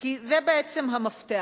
כי זה בעצם המפתח.